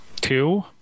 Two